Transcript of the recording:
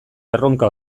erronka